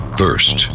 first